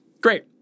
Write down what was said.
Great